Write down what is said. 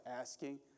asking